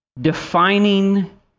defining